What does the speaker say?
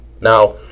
Now